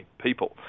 people